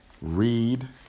Read